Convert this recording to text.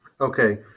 Okay